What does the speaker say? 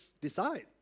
decide